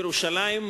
בירושלים,